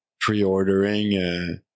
pre-ordering